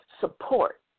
support